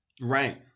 Right